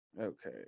Okay